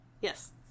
yes